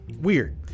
weird